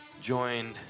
Joined